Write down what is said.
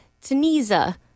Tunisia